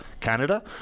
Canada